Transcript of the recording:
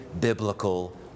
biblical